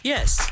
Yes